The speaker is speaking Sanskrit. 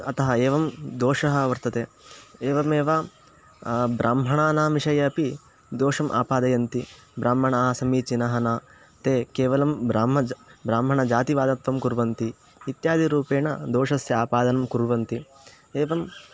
अतः एवं दोषः वर्तते एवमेव ब्राह्मणानां विषये अपि दोषम् आपादयन्ति ब्राह्मणाः समीचीनाः न ते केवलं ब्राह्मज ब्राह्मणजातिवादत्वं कुर्वन्ति इत्यादिरूपेण दोषस्य आपादनं कुर्वन्ति एवं